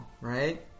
right